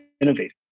innovate